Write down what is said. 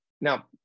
Now